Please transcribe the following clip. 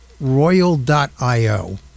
royal.io